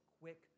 quick